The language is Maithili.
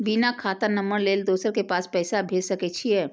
बिना खाता नंबर लेल दोसर के पास पैसा भेज सके छीए?